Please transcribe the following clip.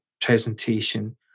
presentation